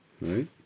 Right